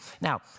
Now